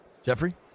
Jeffrey